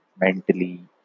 mentally